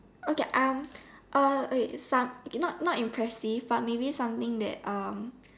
okay I'm uh wait some not not impressive but maybe something that um